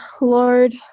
Lord